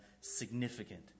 significant